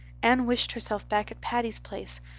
anne wished herself back at patty's place,